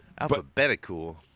Alphabetical